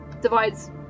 Divides